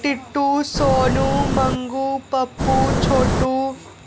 Tittu Sonu Mangu Pappu Chhotu